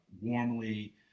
warmly